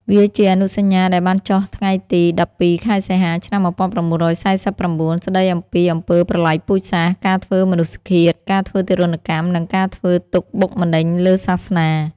វាជាអនុសញ្ញាដែលបានចុះថ្ងៃទី១២ ខែសីហា ឆ្នាំ១៩៤៩ ស្ដីអំពីអំពើប្រល័យពូជសាសន៍ ការធ្វើមនុស្សឃាត ការធ្វើទារុណកម្ម និងការធ្វើទុក្ខបុកម្នេញលើសាសនា។